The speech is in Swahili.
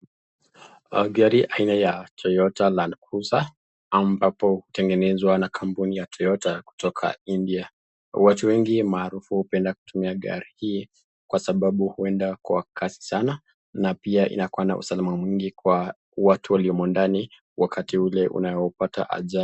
Gari hii aina ya Toyota land cruiser ambapo hutengenezwa na kampuni ya Toyota kutoka India, watu wengi maarufu hupenda kutumia gari hii kwa sababu huenda kwa kasi sana na pia inakuwa na usalama mwingi kwa watu waliomo ndani wakati ule unaopata ajali.